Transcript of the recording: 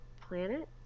Planet